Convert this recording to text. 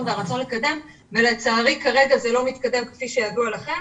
והרצון לקדם אבל לצערי כרגע זה לא מתקדם כפי שידוע לכם.